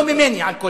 לא ממני, על כל פנים.